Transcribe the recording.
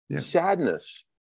Sadness